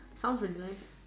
sounds really nice